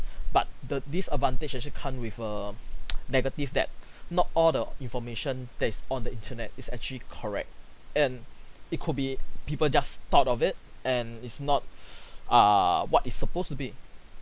but the disadvantage actually come with err negative that not all the information that is on the internet is actually correct and it could be people just thought of it and it's not err what is supposed to be